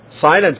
silent